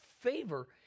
favor